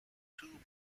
two